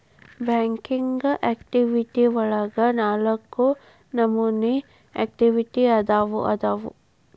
banking activity ಒಳಗ ನಾಲ್ಕ ನಮೋನಿ ಆಕ್ಟಿವಿಟಿ ಅದಾವು ಅದಾವು